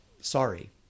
Sorry